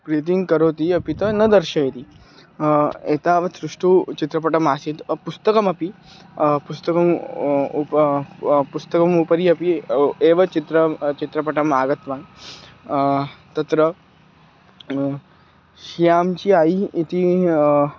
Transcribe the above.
प्रीतिं करोति अपि तु न दर्शयति एतावत् सुष्ठुः चित्रपटम् आसीत् पुस्तकमपि पुस्तकम् उपरि पुस्तकमुपरि अपि एव चित्रं चित्रपटम् आगतवान् तत्र श्याम्चि आयि इति